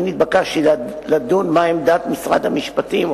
אני נתבקשתי לדון מה עמדת משרד המשפטים,